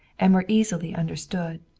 and were easily understood,